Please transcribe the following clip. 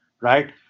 right